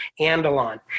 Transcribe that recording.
andalon